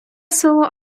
село